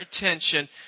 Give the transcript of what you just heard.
attention